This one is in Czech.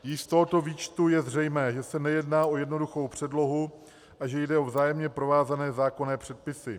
Již z tohoto výčtu je zřejmé, že se nejedná o jednoduchou předlohu a že jde o vzájemně provázané zákonné předpisy.